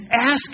ask